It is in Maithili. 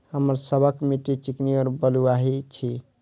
हमर सबक मिट्टी चिकनी और बलुयाही छी?